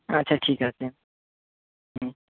আচ্ছা ঠিক আছে হুম